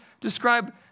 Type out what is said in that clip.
describe